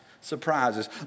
surprises